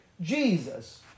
Jesus